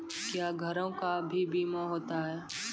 क्या घरों का भी बीमा होता हैं?